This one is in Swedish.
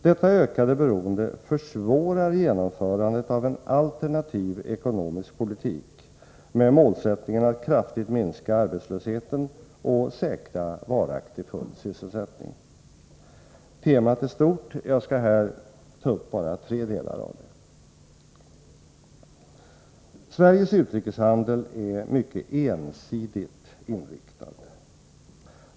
Detta ökade beroende försvårar genomförandet av en alternativ ekonomisk politik med målsättningen att kraftigt minska arbetslösheten och säkra varaktig full sysselsättning. Temat är stort — jag skall här ta upp bara tre delar av det. Sveriges utrikeshandel är mycket ensidigt inriktad.